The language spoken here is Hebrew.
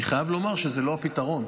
אני חייב לומר שזה לא פתרון.